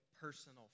personal